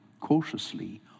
cautiously